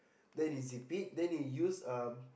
then they zip it then they use um